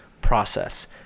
Process